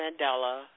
Mandela